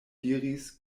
diris